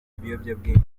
ibiyobyabwenge